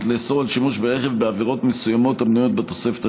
לאסור שימוש ברכב בעבירות מסוימות המנויות בתוספת השביעית.